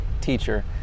teacher